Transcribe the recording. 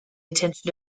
attention